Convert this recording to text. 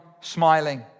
smiling